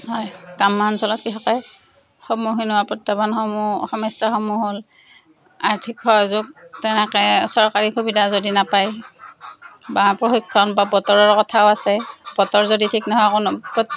হয় গ্ৰাম্যাঞ্চলত কৃষকে সন্মুখীন হোৱা প্ৰত্যাহ্বানসমূহ সমস্যাসমূহ হ'ল আৰ্থিক সহযোগ তেনেকৈ চৰকাৰী সুবিধা যদি নাপায় বা প্ৰশিক্ষণ বা বতৰৰ কথাও আছে বতৰ যদি ঠিক নহয়